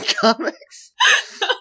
comics